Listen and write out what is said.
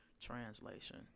translation